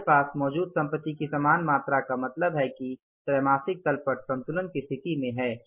हमारे पास मौजूद संपत्ति की समान मात्रा का मतलब है कि त्रैमासिक तल पट संतुलित स्थिति में है